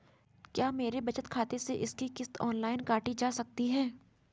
क्या मेरे बचत खाते से इसकी किश्त ऑनलाइन काटी जा सकती है?